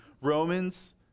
Romans